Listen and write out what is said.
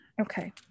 Okay